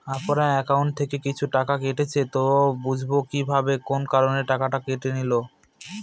আপনার একাউন্ট থেকে কিছু টাকা কেটেছে তো বুঝবেন কিভাবে কোন কারণে টাকাটা কেটে নিল?